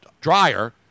Dryer